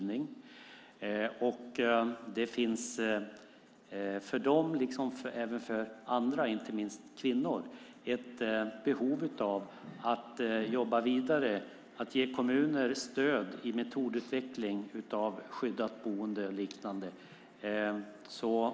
Det finns för dem, liksom för andra, inte minst kvinnor, ett behov av att man jobbar vidare och ger kommuner stöd i metodutvecklingen för skyddat boende och liknande.